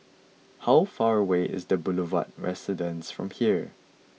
how far away is The Boulevard Residence from here